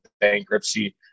bankruptcy